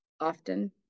often